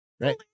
right